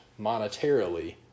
monetarily